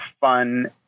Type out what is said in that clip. fun